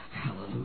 Hallelujah